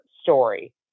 story